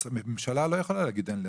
ממשלה לא יכולה להגיד שאין לה